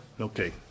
Okay